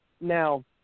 Now